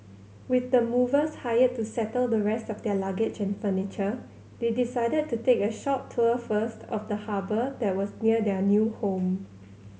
with the movers hired to settle the rest of their luggage and furniture they decided to take a short tour first of the harbour that was near their new home